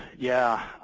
yeah.